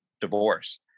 divorce